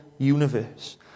Universe